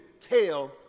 tell